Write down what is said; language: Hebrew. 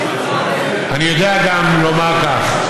אני יודע גם לומר כך.